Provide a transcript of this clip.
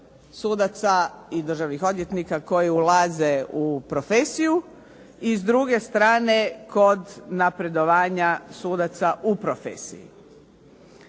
sudaca i državnih odvjetnika koji ulaze u profesiju. I s druge strane, kod napredovanja sudaca u profesiji.